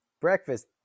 breakfast